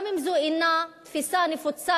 גם אם זו אינה תפיסה נפוצה,